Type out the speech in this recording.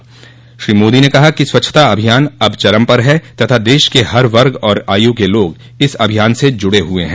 श्री नरेन्द्र मोदी ने कहा कि स्वच्छता अभियान अब चरम पर है तथा देश के हर वर्ग और आयु के लोग इस अभियान से जुड़े हुए हैं